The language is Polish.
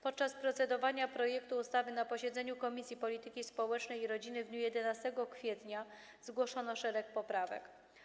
Podczas procedowania nad projektem ustawy na posiedzeniu Komisji Polityki Społecznej i Rodziny w dniu 11 kwietnia zgłoszono szereg poprawek.